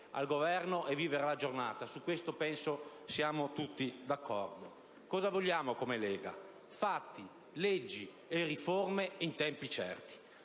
al Governo e vivere alla giornata. Su questo, penso che siamo tutti d'accordo. Cosa vogliamo come Lega? Fatti, leggi e riforme in tempi certi.